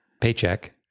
paycheck